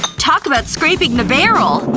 talk about scraping the barrel.